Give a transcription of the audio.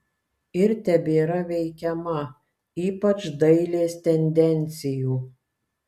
ir tebėra veikiama ypač dailės tendencijų